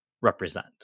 represent